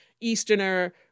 Easterner